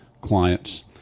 clients